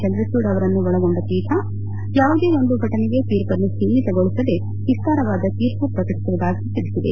ಚಂದ್ರಚೂಡ್ ಅವರನ್ನು ಒಳಗೊಂಡ ಪೀಠ ಯಾವುದೇ ಒಂದು ಘಟನೆಗೆ ತೀರ್ಪನ್ನು ಸೀಮಿತಗೊಳಿಸದೆ ವಿಸ್ತಾರವಾದ ತೀರ್ಮ ಪ್ರಕಟಿಸುವುದಾಗಿ ತಿಳಿಸಿದೆ